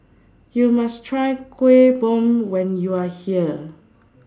YOU must Try Kueh Bom when YOU Are here